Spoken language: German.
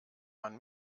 man